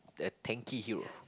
the tanky hero